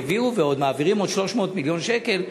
העבירו ועוד מעבירים עוד 300 מיליון שקל,